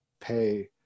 pay